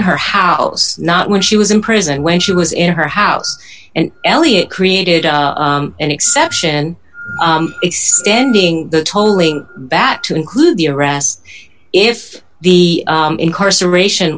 her house not when she was in prison when she was in her house and elliot created an exception extending the tolling back to include the arrest if the incarceration